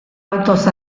autoz